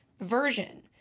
version